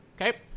Okay